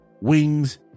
wings